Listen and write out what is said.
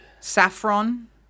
Saffron